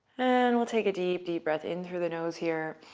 and we'll take a deep, deep breath in through the nose here.